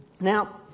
Now